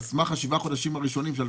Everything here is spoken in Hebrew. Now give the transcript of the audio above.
על סמך החישובים של שבעת החודשים הראשונים, שזה